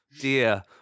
dear